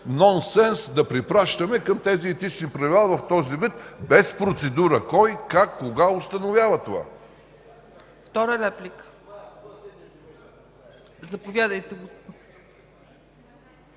нонсенс да препращаме към тези етични правила в този им вид без процедура кой, как, кога установява това.